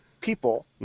people